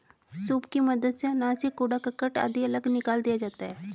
soup की मदद से अनाज से कूड़ा करकट आदि अलग निकाल दिया जाता है